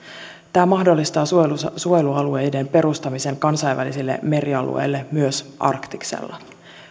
tämä mahdollistaa suojelualueiden perustamisen kansainväliselle merialueelle myös arktiksella